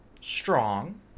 strong